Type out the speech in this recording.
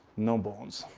no bones.